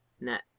net